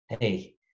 hey